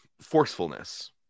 forcefulness